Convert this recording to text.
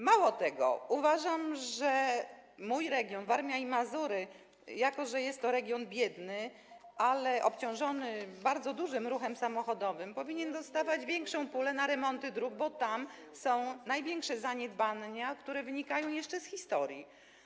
Mało tego, uważam że mój region, Warmia i Mazury, jako że jest to region biedny, ale obciążony bardzo dużym ruchem samochodowym, powinien dostawać większą pulę na remonty dróg, bo tam są największe zaniedbania, które wynikają jeszcze z historii.